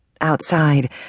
Outside